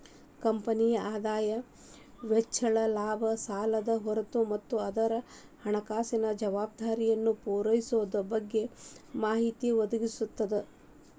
ಕಂಪನಿಯ ಆದಾಯ ವೆಚ್ಚಗಳ ಲಾಭ ಸಾಲದ ಹೊರೆ ಮತ್ತ ಅದರ ಹಣಕಾಸಿನ ಜವಾಬ್ದಾರಿಯನ್ನ ಪೂರೈಸೊದರ ಬಗ್ಗೆ ಮಾಹಿತಿ ಒದಗಿಸ್ತದ